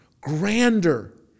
grander